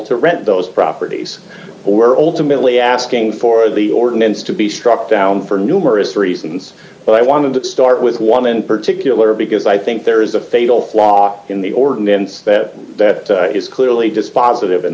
to rent those properties are all to merely asking for the ordinance to be struck down for numerous reasons but i want to start with one in particular because i think there is a fatal flaw in the ordinance that that is clearly dispositive in